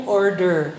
order